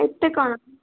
ଏତେ କ'ଣ